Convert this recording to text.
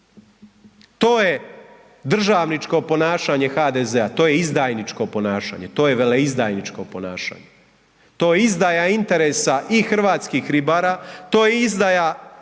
To je državničko ponašanje HDZ-a, to je izdajničko ponašanje, to je veleizdajničko ponašanje. To je izdaja interesa i hrvatskih ribara, to je izdaja